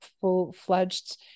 full-fledged